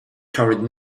carried